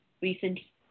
recently